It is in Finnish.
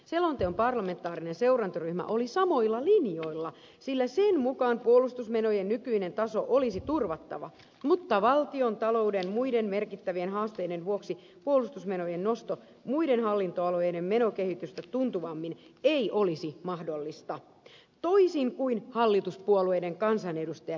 selonteon parlamentaarinen seurantaryhmä oli samoilla linjoilla sillä sen mukaan puolustusmenojen nykyinen taso olisi turvattava mutta valtiontalouden muiden merkittävien haasteiden vuoksi puolustusmenojen nosto muiden hallintoalojen menokehitystä tuntuvammin ei olisi mahdollista toisin kuin mitä hallituspuolueiden kansanedustajat nyt ajavat